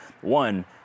one